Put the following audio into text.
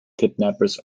kidnappers